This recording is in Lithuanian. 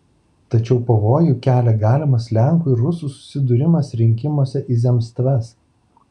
tačiau pavojų kelia galimas lenkų ir rusų susidūrimas rinkimuose į zemstvas